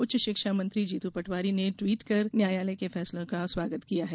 उच्च शिक्षा मंत्री जीतू पटवारी ने ट्वीट कर न्यायालय के फैसले का स्वागत किया है